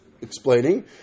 explaining